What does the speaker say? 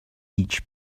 each